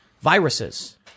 viruses